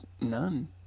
none